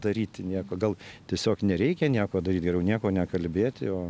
daryti nieko gal tiesiog nereikia nieko daryt geriau nieko nekalbėti o